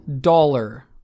dollar